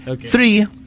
Three